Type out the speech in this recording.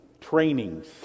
trainings